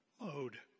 mode